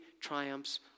triumphs